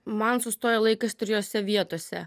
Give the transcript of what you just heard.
man sustoja laikas trijose vietose